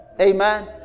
amen